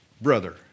brother